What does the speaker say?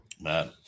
Man